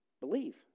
Believe